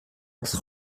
wrth